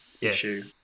issue